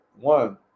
One